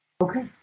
Okay